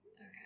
okay